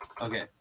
okay